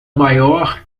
maior